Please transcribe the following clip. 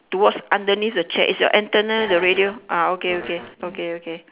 towards underneath the chair is your antenna the radio ah okay okay okay okay